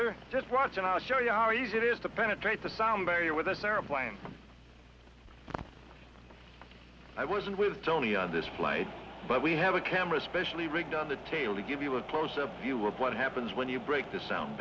other just watch and i'll show you are easy it is to penetrate the sound barrier with us our plans i was in with tony on this flight but we have a camera specially rigged on the tail to give you a close up view of what happens when you break the sound